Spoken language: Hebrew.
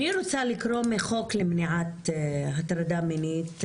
אני רוצה לקרוא מהחוק למניעת הטרדה מינית,